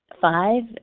Five